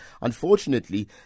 unfortunately